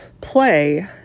play